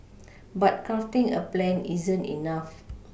but crafting a plan isn't enough